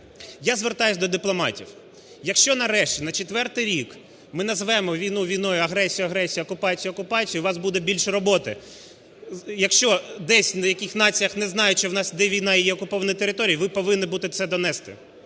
Я звертаюся до дипломатів. Якщо нарешті на четвертий рік ми назвемо війну війною, агресію – агресією, окупацію – окупацією, у вас буде більше роботи. Якщо десь в якихсь націях не знають, що у нас війна, і є окуповані території, ви повинні будете це донести.